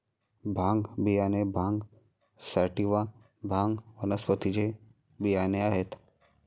भांग बियाणे भांग सॅटिवा, भांग वनस्पतीचे बियाणे आहेत